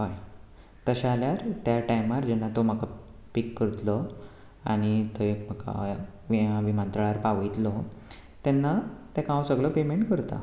आं तशें जाल्यार त्या टायमार जेन्ना तो म्हाका पिक करतलो आनी थंय विमानतळार पावयतलो तेन्ना ताका हांव सगळो पॅमेंट करतां